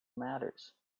matters